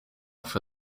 for